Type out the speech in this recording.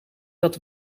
dat